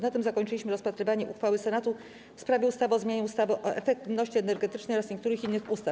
Na tym zakończyliśmy rozpatrywanie uchwały Senatu w sprawie ustawy o zmianie ustawy o efektywności energetycznej oraz niektórych innych ustaw.